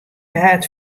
waard